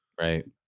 right